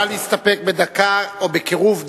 נא להסתפק בדקה, או בקירוב דקה.